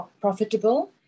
profitable